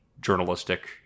journalistic